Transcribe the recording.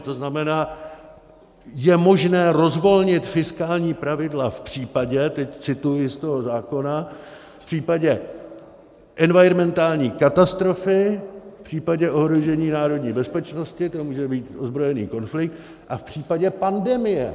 To znamená, je možné rozvolnit fiskální pravidla v případě teď cituji z toho zákona v případě environmentální katastrofy, v případě ohrožení národní bezpečnosti to může být ozbrojený konflikt a v případě pandemie.